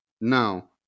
now